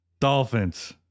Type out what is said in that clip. Dolphins